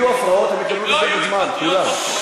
אם יהיו הפרעות הם יקבלו תוספת זמן, כולם.